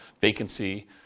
vacancy